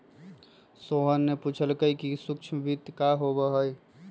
सोहन ने पूछल कई कि सूक्ष्म वित्त का होबा हई?